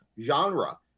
genre